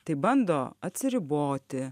tai bando atsiriboti